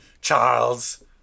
Charles